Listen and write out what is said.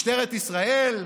משטרת ישראל,